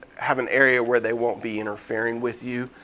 have an area where they won't be interfering with you.